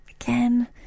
again